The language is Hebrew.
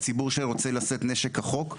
הציבור שרוצה לשאת נשק כחוק.